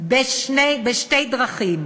בשתי דרכים: